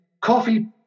Coffee